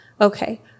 Okay